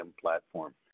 platform